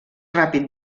ràpid